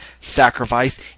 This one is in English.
sacrifice